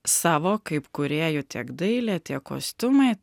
savo kaip kūrėjų tiek dailė tiek kostiumai